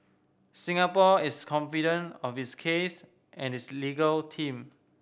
Singapore is confident of its case and its legal team